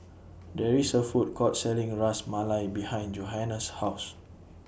There IS A Food Court Selling Ras Malai behind Johanna's House